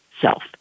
self